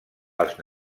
els